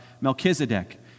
Melchizedek